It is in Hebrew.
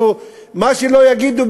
מה שלא יגידו,